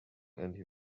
and